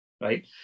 right